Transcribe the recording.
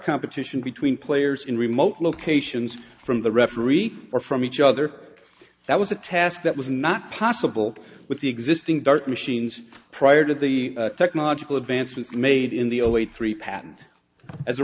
competition between players in remote locations from the referee or from each other that was a task that was not possible with the existing dart machines prior to the technological advancements made in the only three patent as a